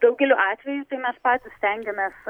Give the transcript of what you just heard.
daugeliu atvejų tai mes patys stengiames